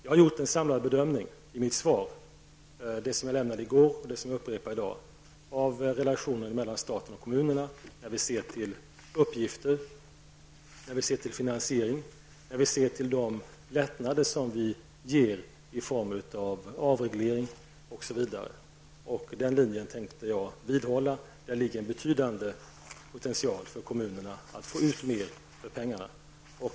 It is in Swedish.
Jag har i mina svar i går och i dag gjort en samlad bedömning av relationen mellan staten och kommunerna när vi ser till uppgifter, finansiering och de lättnader vi ger i form av exempelvis avreglering. Den linjen tänker jag vidhålla. I den ligger en betydande möjlighet för kommunerna att få ut mer för pengarna.